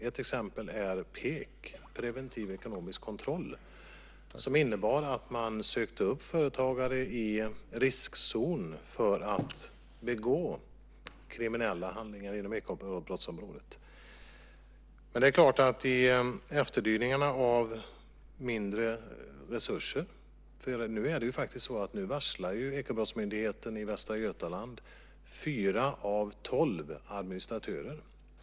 Ett exempel är PEK, preventiv ekonomisk kontroll, som innebar att man sökte upp företagare i riskzonen för att begå kriminella handlingar inom ekobrottsområdet. Men det är klart; nu ser vi efterdyningarna av mindre resurser. Ekobrottsmyndigheten i Västra Götaland varslar nu faktiskt fyra av tolv administratörer.